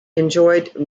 enjoyed